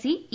C E